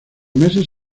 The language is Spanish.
meses